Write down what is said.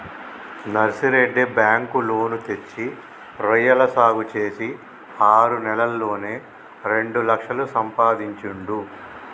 Narsireddy bank loan తెచ్చి రొయ్యల సాగు చేసి ఆరు నెలల్లోనే రెండు లక్షలు సంపాదించిండు